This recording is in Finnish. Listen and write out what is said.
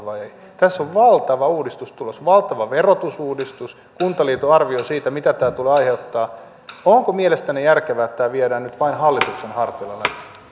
vai emmekö tässä on valtava uudistus tulossa valtava verotusuudistus kuntaliiton arvio siitä mitä tämä tulee aiheuttamaan onko mielestänne järkevää että tämä viedään nyt vain hallituksen harteilla läpi